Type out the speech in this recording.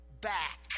back